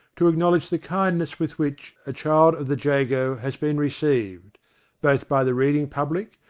to acknowledge the kindness with which a child of the jago has been received both by the reading public,